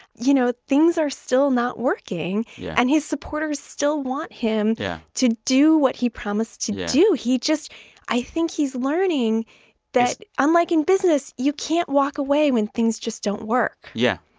you know, things are still not working. yeah and his supporters still want him yeah to do what he promised to do. he just i think he's learning that unlike in business, you can't walk away when things just don't work yeah.